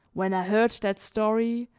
when i heard that story,